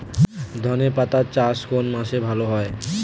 ধনেপাতার চাষ কোন মাসে ভালো হয়?